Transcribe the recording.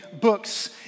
books